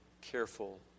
careful